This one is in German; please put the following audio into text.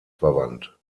verwandt